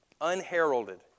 unheralded